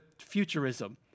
futurism